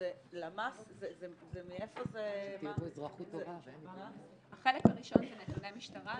למ"ס מאיפה זה -- החלק הראשון זה נתוני משטרה,